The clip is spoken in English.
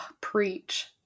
Preach